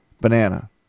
banana